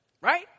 Right